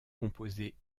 composé